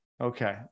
Okay